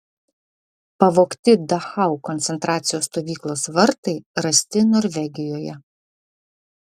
pavogti dachau koncentracijos stovyklos vartai rasti norvegijoje